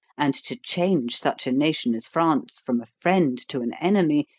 and to change such a nation as france from a friend to an enemy,